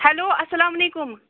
hello اَسلامُ علیکُم